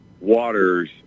Waters